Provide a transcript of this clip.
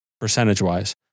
percentage-wise